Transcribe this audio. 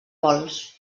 vols